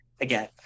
Again